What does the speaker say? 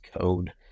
code